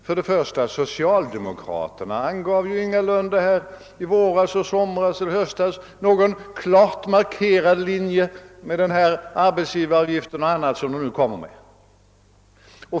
För det första angav socialdemokraterna ingalunda i våras, i somras eller i höstas någon klart markerad linje beträffande arbetsgivaravgiften och annat som de nu föreslår.